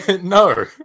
No